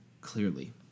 clearly